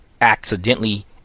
accidentally